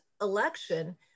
election